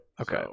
Okay